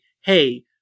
hey